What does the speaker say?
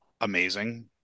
amazing